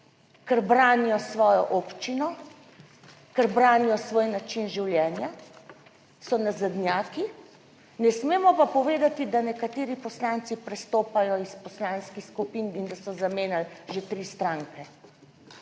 ker branijo svojo občino, ker branijo svoj način življenja, so nazadnjaki. Ne smemo pa povedati, da nekateri poslanci prestopajo iz poslanskih skupin in da so zamenjali že tri stranke,